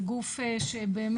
זה גוף שבאמת,